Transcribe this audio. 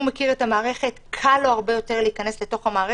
הוא מכיר את המערכת וקל לו הרבה יותר להיכנס לתוך המערכת.